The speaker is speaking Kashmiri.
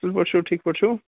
اَصٕل پٲٹھۍ چھُو ٹھیٖک پٲٹھۍ چھُو